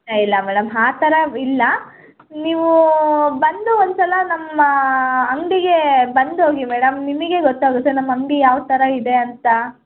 ಏ ಇಲ್ಲ ಮೇಡಮ್ ಆ ಥರ ಇಲ್ಲ ನೀವು ಬಂದು ಒಂದ್ಸಲ ನಮ್ಮ ಅಂಗಡಿಗೆ ಬಂದು ಹೋಗಿ ಮೇಡಮ್ ನಿಮಗೆ ಗೊತ್ತಾಗುತ್ತೆ ನಮ್ಮ ಅಂಗಡಿ ಯಾವ ಥರ ಇದೆ ಅಂತ